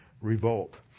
revolt